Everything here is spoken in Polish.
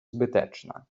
zbyteczna